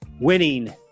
winning